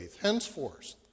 Henceforth